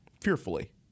fearfully